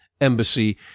embassy